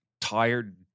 tired